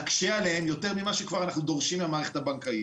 נקשה עליהם יותר ממה שאנחנו דורשים מהמערכת הבנקאית.